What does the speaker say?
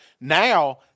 now